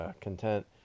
content